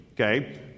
okay